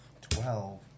Twelve